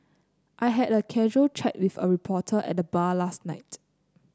I had a casual chat with a reporter at the bar last night